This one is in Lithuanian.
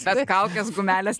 mes kaukės gumelės